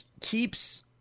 keeps